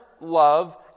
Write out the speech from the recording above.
love